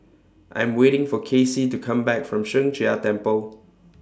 I'm waiting For Kassie to Come Back from Sheng Jia Temple